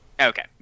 Okay